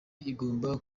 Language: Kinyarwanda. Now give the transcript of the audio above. igomba